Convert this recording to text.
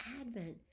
Advent